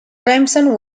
remsen